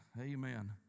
Amen